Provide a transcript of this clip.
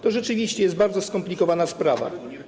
To rzeczywiście jest bardzo skomplikowana sprawa.